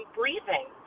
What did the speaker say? breathing